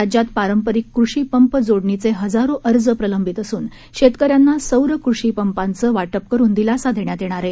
राज्यात पारंपरिक कृषिपंप जोडणीचे हजारो अर्ज प्रलंबित असून शेतकऱ्यांना सौर कृषी पंपाचं वाटप करून दिलासा देण्यात येणार आहे